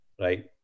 right